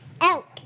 Elk